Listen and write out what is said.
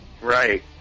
Right